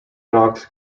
knox